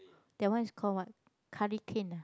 that one is call what hurricane ah